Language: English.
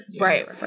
Right